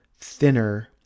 thinner